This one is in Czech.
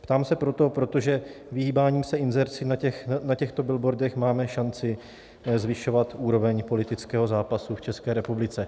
Ptám se proto, protože vyhýbáním se inzerci na těchto billboardech máme šanci zvyšovat úroveň politického zápasu v České republice.